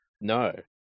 No